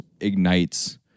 ignites